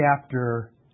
chapter